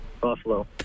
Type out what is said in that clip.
Buffalo